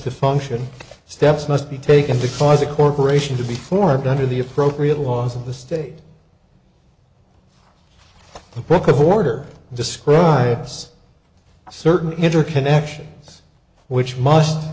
to function steps must be taken because a corporation to be formed under the appropriate laws of the state the broken border describes certain interconnections which must